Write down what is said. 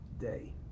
day